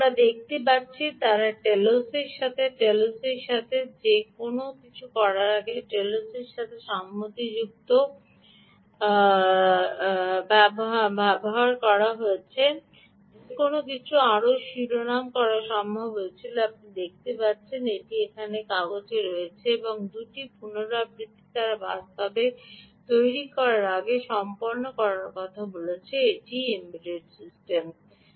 সুতরাং আমরা দেখতে পাচ্ছি তারা টেলোসের সাথে টেলোসের সাথে যে কোনও কিছু করার আগে টেলোসের সাথে সম্মতিযুক্ত যে কোনও কিছু আরও শিরোনাম করা সম্ভব হয়েছিল আপনি দেখতে পাচ্ছেন এটি সেখানে কাগজ রয়েছে এবং 2 টি পুনরাবৃত্তি তারা বাস্তবে তৈরি করার আগেই সম্পন্ন করার কথা বলেছে এই এম্বেড সিস্টেম